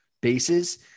bases